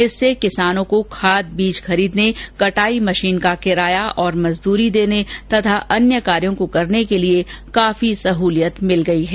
इससे किसानों को खाद बीज खरीदने कटाई मशीन का किराया और मजदूरी देने तथा अन्य कार्यो को करने के लिये काफी सहूलियत हो गई है